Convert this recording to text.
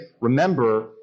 Remember